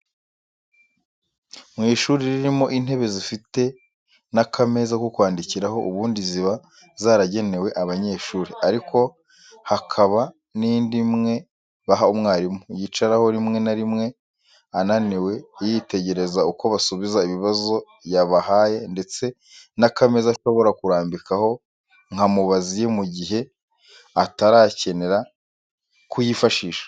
Mu ishuri ririmo intebe zifite n'akameza ko kwandikiraho, ubundi ziba zaragenewe abanyeshuri, ariko hakaba n'indi imwe baha mwarimu, yicaraho rimwe na rimwe, ananiwe, yitegereza uko basubiza ibibazo yabahaye ndetse n'akameza ashobora kurambikaho nka mubazi ye mu gihe atarakenera kuyifashisha.